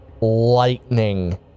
lightning